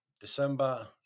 December